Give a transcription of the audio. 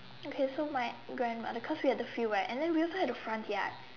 okay so my grandmother cause we had the field right and we also had a front yard